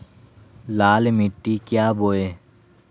लाल मिट्टी क्या बोए?